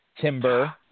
Timber